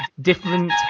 different